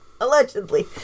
allegedly